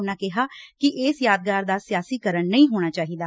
ਉਨਾਂ ਕਿਹਾ ਕਿ ਇਸ ਯਾਦਗਾਰ ਦਾ ਸਿਆਸੀਕਰਨ ਨਹੀ ਹੋਣਾ ਚਾਹੀਦਾ